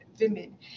women